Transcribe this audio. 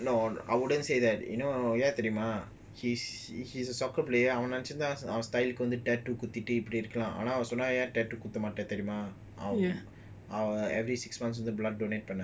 no I wouldn't say that யார்தெரியுமா:yar theriuma he is a soccer player அவன்நெனச்சிருந்தா:avan nenachiruntha tattoo குத்திட்டுஇப்டிஇருக்கலாம்ஆனாஅவன்சொன்னான்ஏன்குத்தமாட்டான்தெரியுமா:kuthitu ipdi irukalam ana avan sonnan yen kuthamatan theriuma every six month also blood donate